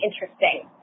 interesting